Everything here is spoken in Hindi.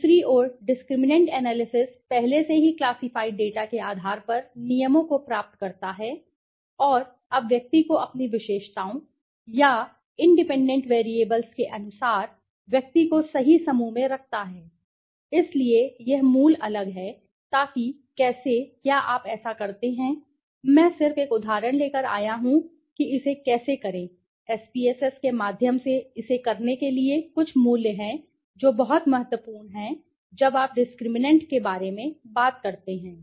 दूसरी ओर डिस्क्रिमिनैंट एनालिसिस पहले से ही क्लासिफाइड डेटा के आधार पर नियमों को प्राप्त करता है और अब व्यक्ति को अपनी विशेषताओं विशेषताओं या इंडिपेंडेंट वैरिएबल्सके अनुसार व्यक्ति को सही समूह में रखता है इसलिए यह मूल अलग है ताकि कैसे क्या आप ऐसा करते हैं मैं सिर्फ एक उदाहरण लेकर आया हूं कि इसे कैसे करें SPSS के माध्यम से इसे करने के लिए कुछ मूल्य हैं जो बहुत महत्वपूर्ण हैं जब आप डिस्क्रिमिनैंटके बारे में बात करते हैं